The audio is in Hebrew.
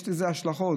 יש לזה השלכות.